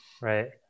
right